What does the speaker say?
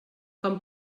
com